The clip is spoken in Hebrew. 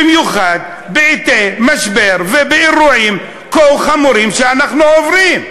במיוחד בעתות משבר ובאירועים כה חמורים שאנחנו עוברים.